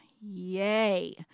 Yay